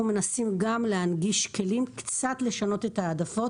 מנסים גם להנגיש כלים קצת לשנות את ההעדפות.